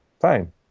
fine